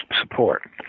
support